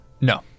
No